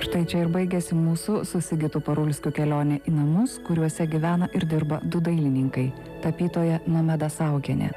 štai čia ir baigiasi mūsų su sigitu parulskiu kelionė į namus kuriuose gyvena ir dirba du dailininkai tapytoja nomeda saukienė